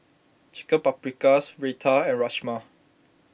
Chicken Paprikas Raita and Rajma